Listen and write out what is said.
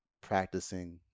practicing